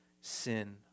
sin